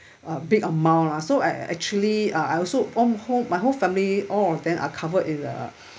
a big amount ah so I actually uh I also own home my whole family all of them are covered in the